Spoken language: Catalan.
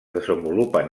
desenvolupen